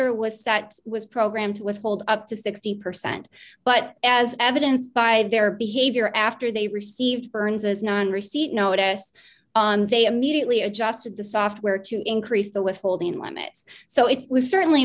er was that was programmed with hold up to sixty percent but as evidenced by their behavior after they received burns's non receipt notice they immediately adjusted the software to increase the withholding limits so it was certainly